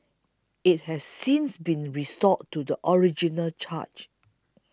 it has since been restored to the original charge